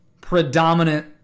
predominant